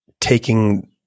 taking